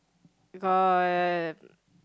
got